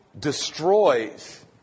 destroys